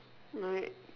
like